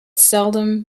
seldom